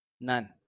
none